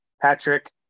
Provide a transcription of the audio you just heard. Patrick